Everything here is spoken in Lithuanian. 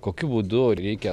kokiu būdu reikia